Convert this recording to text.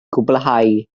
gwblhau